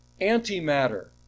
antimatter